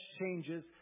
changes